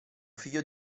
figlio